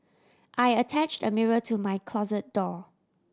I attached a mirror to my closet door